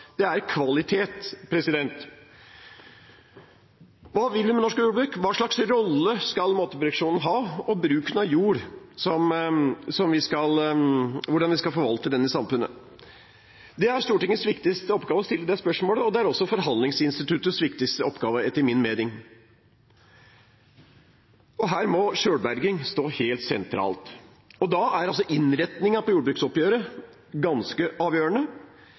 Det er kvalitet. Hva vil vi med norsk jordbruk? Hva slags rolle skal matproduksjonen ha, og hvordan skal vi forvalte bruken av jord i samfunnet? Det er Stortingets viktigste oppgave å stille det spørsmålet, og det er også forhandlingsinstituttets viktigste oppgave, etter min mening. Her må selvberging stå helt sentralt. Da er innretningen på jordbruksoppgjøret ganske avgjørende.